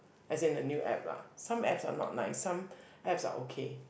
as in the new app lah some apps are not nice some apps are okay